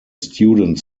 student